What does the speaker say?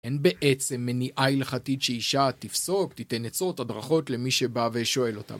אין בעצם מניעה הילכתית שאישה תפסוק, תיתן עצות הדרכות למי שבא ושואל אותה.